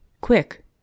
Quick